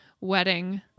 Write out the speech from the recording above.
wedding